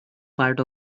part